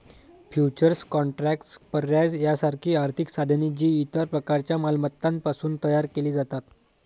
futures contracts, पर्याय यासारखी आर्थिक साधने, जी इतर प्रकारच्या मालमत्तांपासून तयार केली जातात